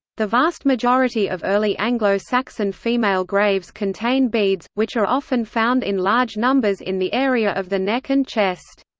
the vast majority of early anglo-saxon female graves contain beads, which are often found in large numbers in the area of the neck and chest.